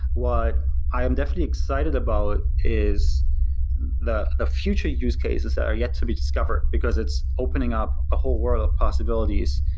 what i am definitely excited about is the the future use cases that are yet to be discovered, because it's opening up a whole world of possibilities,